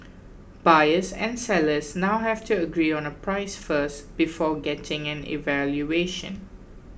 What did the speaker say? buyers and sellers now have to agree on a price first before getting an evaluation